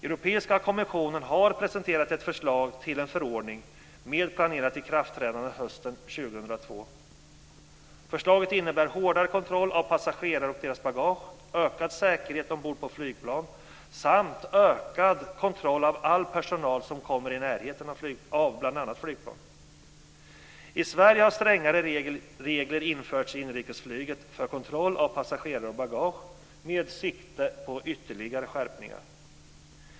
Europeiska kommissionen har presenterat ett förslag till en förordning med planerat ikraftträdande hösten 2002. Förslaget innebär hårdare kontroll av passagerare och deras bagage, ökad säkerhet ombord på flygplan samt ökad kontroll av all personal som kommer i närheten av bl.a. flygplan. I Sverige har strängare regler införts i inrikesflyget för kontroll av passagerare och bagage, med sikte på ytterligare skärpningar.